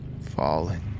Falling